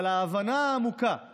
אבל ההבנה העמוקה היא